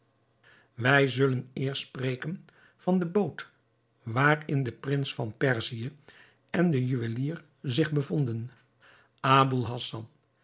wij zullen eerst spreken van de boot waarin de prins van perzië en de juwelier zich bevonden